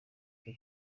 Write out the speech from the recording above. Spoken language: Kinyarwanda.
cyo